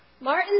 Martin